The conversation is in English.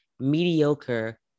mediocre